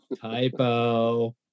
typo